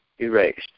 erased